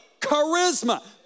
Charisma